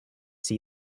see